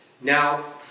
Now